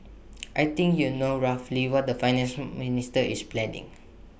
I think you know roughly what the finance minister is planning